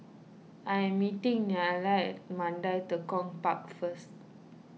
I am meeting Nelia at Mandai Tekong Park first